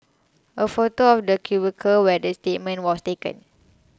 a photo of the cubicle where the statement was taken